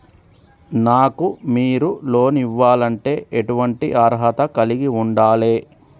నాకు మీరు లోన్ ఇవ్వాలంటే ఎటువంటి అర్హత కలిగి వుండాలే?